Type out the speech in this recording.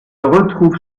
retrouve